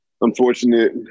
unfortunate